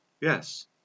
Yes